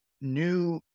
new